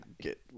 get